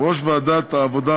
יושב-ראש ועדת העבודה,